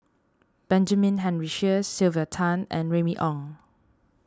Benjamin Henry Sheares Sylvia Tan and Remy Ong